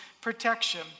protection